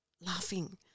laughing